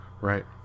Right